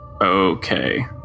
Okay